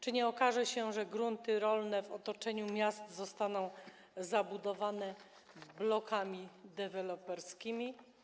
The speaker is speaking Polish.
Czy nie okaże się, że grunty rolne w otoczeniu miast zostaną zabudowane blokami deweloperskimi?